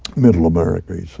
middle america, he said,